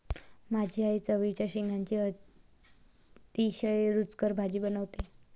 माझी आई चवळीच्या शेंगांची अतिशय रुचकर भाजी बनवते